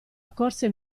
accorse